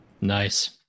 Nice